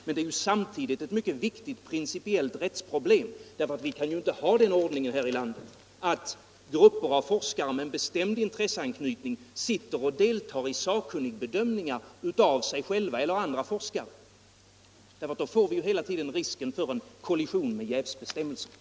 Men det är samtidigt ett mycket viktigt principiellt rättsproblem. Vi kan ju inte ha den ordningen här i landet att grupper av forskare med bestämd intresseanknytning sitter och deltar i sakkunnigbedömningar av sig själva eller andra forskare, därför att då får vi hela tiden risken för en kollision med jävsbestämmelserna.